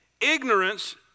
ignorance